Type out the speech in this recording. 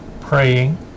praying